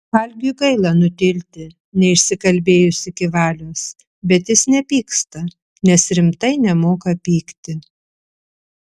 algiui gaila nutilti neišsikalbėjus iki valios bet jis nepyksta nes rimtai nemoka pykti